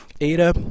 Ada